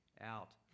out